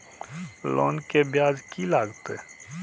Loan के ब्याज की लागते?